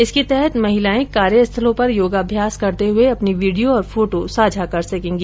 इसके तहत महिलाएं कार्यस्थलों पर योगाभ्यास करते हुए अपने वीडियो और फोटो साझा कर सकेंगी